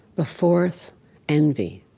the fourth envy,